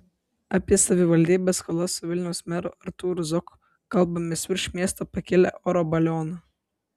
apie savivaldybės skolas su vilniaus meru artūru zuoku kalbamės virš miesto pakilę oro balionu